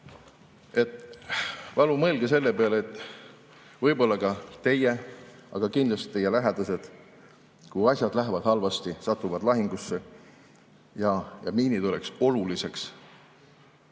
Palun mõelge selle peale, et võib-olla ka teie, aga kindlasti teie lähedased, kui asjad lähevad halvasti, satuvad lahingusse. Miinid oleks oluliseks